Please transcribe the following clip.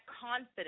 confidence